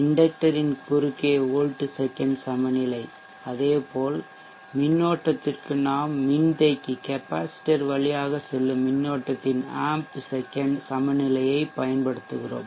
inductor யின் குறுக்கே volt second சமநிலை அதேபோல் மின்னோட்டத்திற்கு நாம் மின்தேக்கிகெப்பாசிட்டர் வழியாக செல்லும் மின்னோட்டத்தின் ஆம்ப் செக்கெண்ட் சமநிலையைப் பயன்படுத்துகிறோம்